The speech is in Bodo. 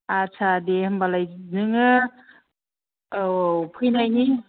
आदसा दे होनबालाय नोङो औ औ फैनायनि